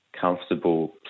comfortable